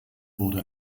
wurde